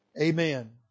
Amen